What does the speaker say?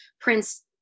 Prince –